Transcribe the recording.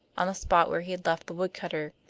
on the spot where he had left the woodcutter.